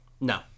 No